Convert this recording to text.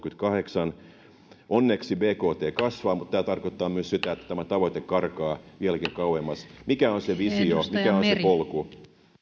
pilkku kolmanneksikymmenenneksikahdeksanneksi onneksi bkt kasvaa mutta tämä tarkoittaa myös sitä että tämä tavoite karkaa vieläkin kauemmas mikä on se visio mikä on se polku